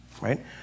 Right